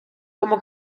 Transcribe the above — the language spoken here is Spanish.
como